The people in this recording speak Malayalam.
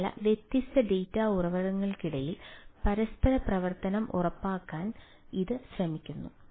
മാത്രമല്ല വ്യത്യസ്ത ഡാറ്റാ ഉറവിടങ്ങൾക്കിടയിൽ പരസ്പരപ്രവർത്തനം ഉറപ്പാക്കാൻ ഇത് ശ്രമിക്കുന്നു